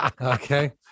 okay